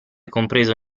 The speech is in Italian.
compreso